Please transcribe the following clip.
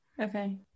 Okay